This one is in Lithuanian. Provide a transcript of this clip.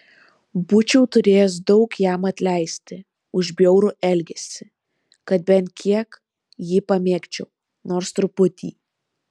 būčiau turėjęs daug jam atleisti už bjaurų elgesį kad bent kiek jį pamėgčiau nors truputį